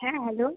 হ্যাঁ হ্যালো